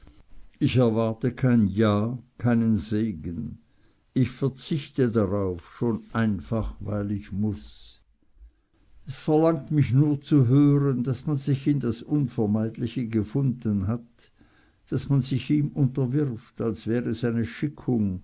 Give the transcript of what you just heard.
ich erwarte kein ja keinen segen ich verzichte darauf schon einfach weil ich muß es verlangt mich nur zu hören daß man sich in das unvermeidliche gefunden hat daß man sich ihm unterwirft als wär es eine schickung